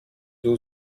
two